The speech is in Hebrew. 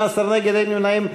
18 נגד, אין נמנעים.